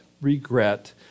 regret